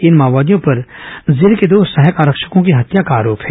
इन माओवादियों पर जिले के दो सहायक आरक्षकों की हत्या का आरोप है